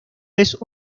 vez